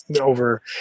over